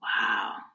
Wow